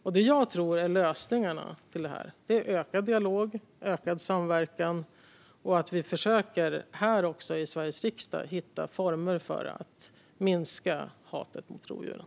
Det som jag tror är lösningen på detta är ökad dialog och ökad samverkan och att vi här i Sveriges riksdag försöker hitta former för att minska hatet mot rovdjuren.